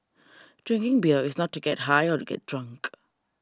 drinking beer is not to get high or get drunk